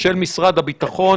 של משרד הביטחון.